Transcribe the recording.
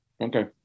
Okay